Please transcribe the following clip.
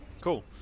Cool